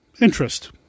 interest